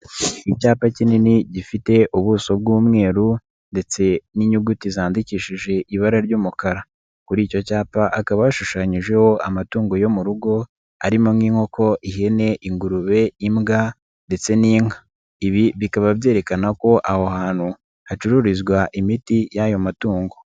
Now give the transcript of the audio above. Icyapa kinini gifite ubuso bw'umweru ndetse n'inyuguti zandikishije ibara ry'umukara, kuri icyo cyapa hakaba hashushanyijeho amatungo yo mu rugo arimo: nk'inkoko, ihene, ingurube, imbwa ndetse n'inka, ibi bikaba byerekana ko aho hantu hacururizwa imiti y'ayo matungo.